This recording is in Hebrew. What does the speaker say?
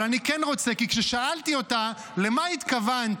אבל אני כן רוצה, כי כששאלתי אותה למה התכוונת,